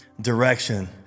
direction